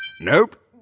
Nope